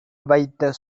வைத்த